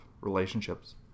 relationships